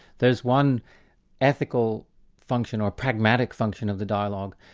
there's one ethical function or pragmatic function of the dialogue,